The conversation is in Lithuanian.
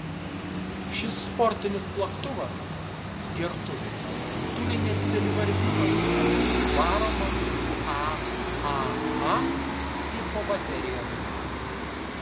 šis sportinis plaktuvas gertuvė turi nedidelį varikliuką dugne varomą aaa tipo baterijomis